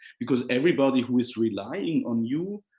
because everybody who is relying on you,